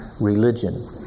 religion